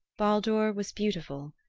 baldur was beautiful.